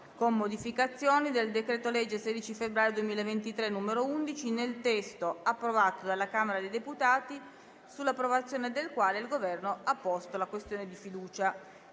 con modificazioni, del decreto-legge 16 febbraio 2023, n. 11, nel testo approvato dalla Camera dei deputati, sull'approvazione del quale il Governo ha posto la questione di fiducia.